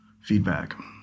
feedback